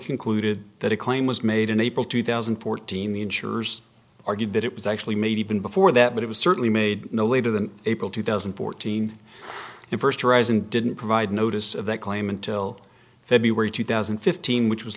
concluded that a claim was made in april two thousand and fourteen the insurers argued that it was actually made even before that but it was certainly made no later than april two thousand and fourteen and first horizon didn't provide notice of that claim until february two thousand and fifteen which was